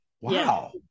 Wow